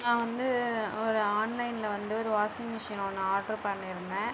நான் வந்து ஒரு ஆன்லைனில் வந்து ஒரு வாஷிங் மிஷின் ஒன்று ஆர்டர் பண்ணியிருந்தேன்